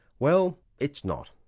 well, it's not.